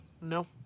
No